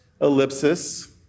ellipsis